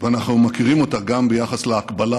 ואנחנו מכירים אותה גם ביחס להקבלה